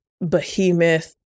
behemoth